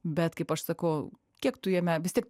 bet kaip aš sakau kiek tu jame vis tiek